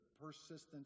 persistence